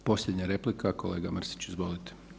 I posljednja replika, kolega Mrsić izvolite.